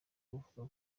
uvuga